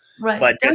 Right